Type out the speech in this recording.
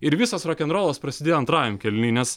ir visas rokenrolas prasidėjo antrajam kėliny nes